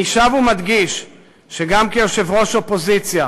אני שב ומדגיש שגם כיושב-ראש האופוזיציה